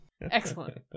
Excellent